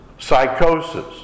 psychosis